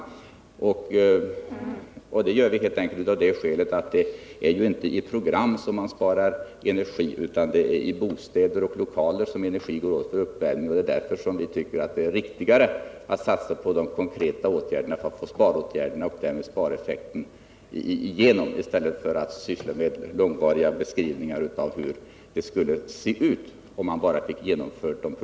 Skälet till att vi satsar på konkreta sparåtgärder är att det inte är med den socialdemokratiska typen av program som man sparar energi; det är i bostäder och lokaler som det går åt energi för uppvärmning, och därför tycker vi att det är viktigast att satsa på konkreta sparåtgärder.